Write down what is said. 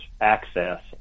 access